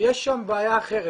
יש שם בעיה אחרת.